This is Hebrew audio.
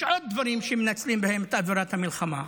יש עוד דברים שמנצלים בהם את אווירת המלחמה.